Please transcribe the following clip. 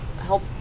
help